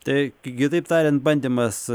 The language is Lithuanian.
tai gi taip tariant bandymas